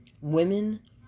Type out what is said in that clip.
women